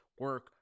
Work